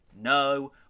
No